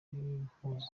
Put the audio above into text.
b’impunzi